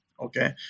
Okay